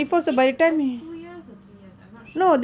I think two years or three years I'm not sure